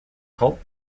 cult